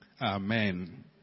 Amen